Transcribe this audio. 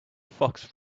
fox